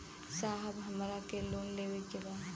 साहब हमरा के लोन लेवे के बा